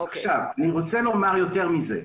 אני רוצה לומר יותר מזה.